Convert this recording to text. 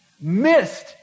missed